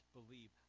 believe